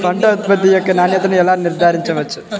పంట ఉత్పత్తి యొక్క నాణ్యతను ఎలా నిర్ధారించవచ్చు?